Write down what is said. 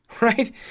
right